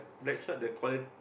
Blackshot they call it